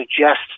suggest